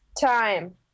Time